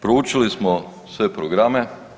Proučili smo sve programe.